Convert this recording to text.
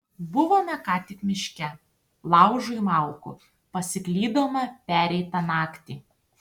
buvome ką tik miške laužui malkų pasiklydome pereitą naktį